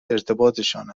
ارتباطشان